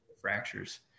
fractures